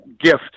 gift